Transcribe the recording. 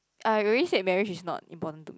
I already said marriage is not important to me